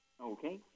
Okay